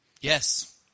Yes